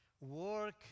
work